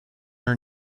her